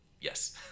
yes